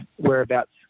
whereabouts